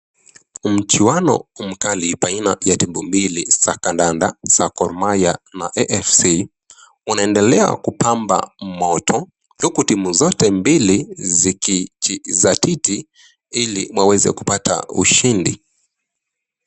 Mchuano mkali baina ya timu mbili za kandanda za Gor mahia na AFC, unaendelea kupamba moto huku timu zote mbili zikijizatiti ili waweze kupata ushindi.